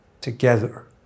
together